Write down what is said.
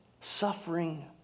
Suffering